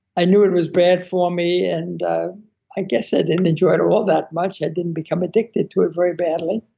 i knew it was bad for me, and i guess i didn't enjoy it all that much, i didn't become addicted to it very badly,